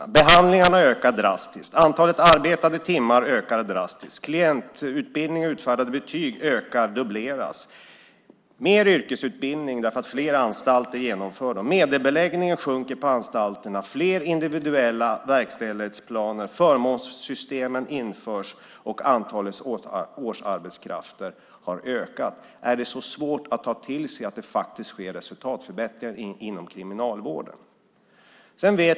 Antalet behandlingar och antalet arbetade timmar ökar drastiskt. När det gäller klientutbildning och utfärdade betyg är det en dubblering. Det är mer yrkesutbildning därför att fler anstalter genomför sådana. Medelbeläggningen sjunker på anstalterna. Det är fler individuella verkställighetsplaner. Förmånssystem införs, och antalet årsarbetskrafter har ökat. Är det så svårt att ta till sig att det faktiskt sker resultatförbättringar inom kriminalvården?